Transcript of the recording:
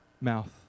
mouth